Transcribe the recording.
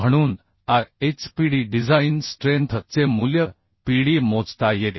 म्हणून A HPD design strength चे मूल्य PD मोजता येते